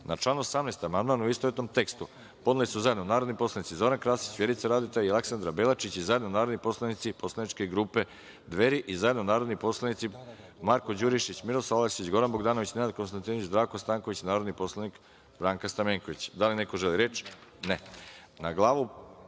član 18. amandman, u istovetnom tekstu, podneli su zajedno narodni poslanici Zoran Krasić, Vjerica Radeta i Aleksandra Belačić i zajedno narodni poslanici poslaničke grupe Dveri i zajedno narodni poslanici Marko Đurišić, Miroslav Aleksić, Zoran Bogdanović, Nenad Konstantinović, Zdravko Stanković i narodni poslanik Branka Stamenković. Da li neko želi reč? (Ne)Na Glavu